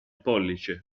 pollice